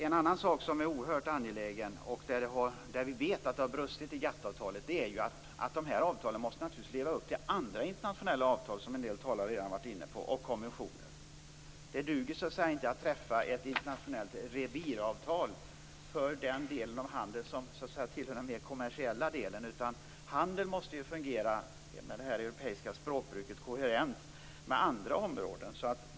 En annan sak som är oerhört angelägen - där vet vi att det har brustit i GATT-avtalet - är att de här avtalen naturligtvis måste leva upp till en del andra internationella avtal och konventioner, som en del talare redan har varit inne på. Det duger så att säga inte att träffa ett internationellt reviravtal för den del av handeln som tillhör den mer kommersiella delen. Handeln måste, med det här europeiska språkbruket, fungera koherent med andra områden.